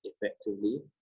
effectively